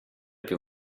più